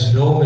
no